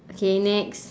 okay next